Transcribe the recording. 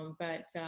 um but,